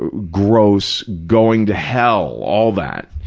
ah gross, going to hell, all that.